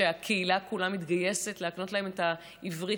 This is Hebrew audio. שהקהילה כולה מתגייסת להקנות להם את העברית,